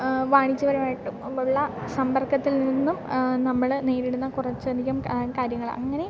വാണിജ്യപരമായിട്ടുമുള്ള സമ്പർക്കത്തിൽ നിന്നും നമ്മൾ നേരിടുന്ന കുറച്ചധികം കാര്യങ്ങൾ അങ്ങനെ